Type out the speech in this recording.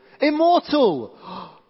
Immortal